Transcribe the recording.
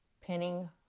pinning